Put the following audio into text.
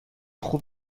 خوب